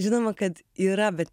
žinoma kad yra bet